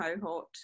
cohort